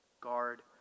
guard